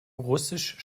russisch